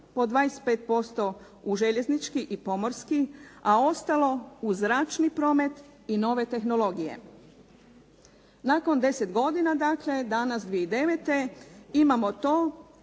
po 25% u željeznički i pomorski, a ostalo u zračni promet i nove tehnologije. Nakon 10 godina dakle, danas 2009. imamo to